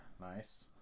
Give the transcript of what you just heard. nice